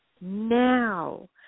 now